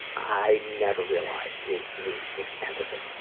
i never realized the the extent of it.